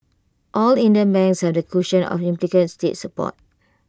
all Indian banks have the cushion of implicit state support